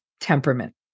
temperament